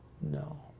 No